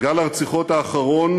גל הרציחות האחרון